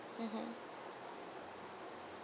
mmhmm